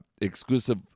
exclusive